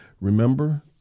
Remember